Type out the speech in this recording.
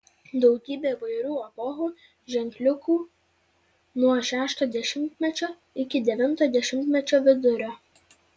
daugybė įvairių epochų ženkliukų nuo šešto dešimtmečio iki devinto dešimtmečio vidurio